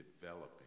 developing